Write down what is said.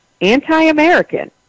anti-American